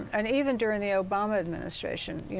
and even during the obama administration.